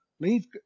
Leave